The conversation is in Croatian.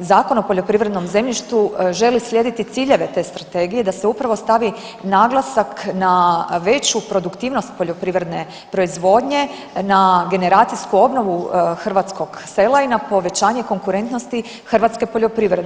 Zakon o poljoprivrednom zemljištu želi slijediti ciljeve te strategije da se upravo stavi naglasak na veću produktivnost poljoprivredne proizvodnje na generacijsku obnovu hrvatskog sela i na povećanje konkurentnosti hrvatske poljoprivrede.